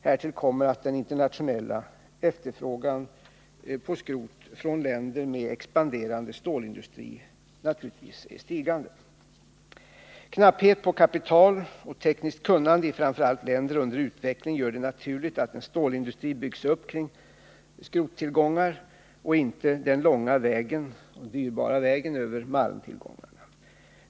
Härtill kommer att den internationella efterfrågan på skrot från länder med en expanderande stålindustri naturligtvis ökar. Knapphet på kapital och tekniskt kunnande i framför allt länder under utveckling gör det naturligt att en stålindustri byggs upp på skrottillgångar och inte på malmtillgångar, som skulle innebära en lång och dyrbar procedur.